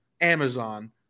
Amazon